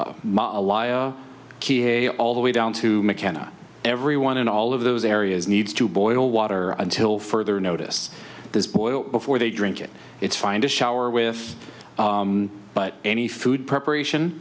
a all the way down to mckenna everyone in all of those areas needs to boil water until further notice this boil before they drink it it's fine to shower with but any food preparation